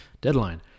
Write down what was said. Deadline